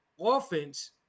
offense